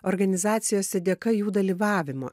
organizacijose dėka jų dalyvavimo